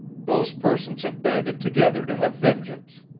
those persons have banded together to have vengeance.